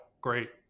great